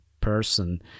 person